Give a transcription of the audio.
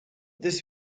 this